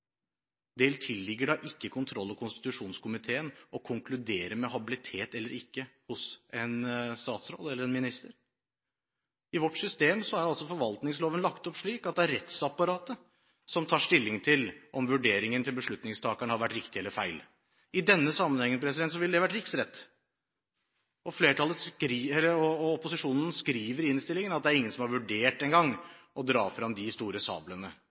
tilligger da ikke kontroll- og konstitusjonskomiteen å konkludere med habilitet eller ikke hos en statsråd eller en minister. I vårt system er forvaltningsloven lagt opp slik at det er rettsapparatet som tar stilling til om vurderingen til beslutningstakeren har vært riktig eller feil. I denne sammenhengen ville det vært riksrett, og opposisjonen skriver i innstillingen at det er ingen som engang har vurdert å dra frem de store sablene.